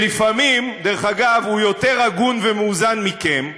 שלפעמים דרך אגב הוא יותר הגון ומאוזן מכם,